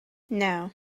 now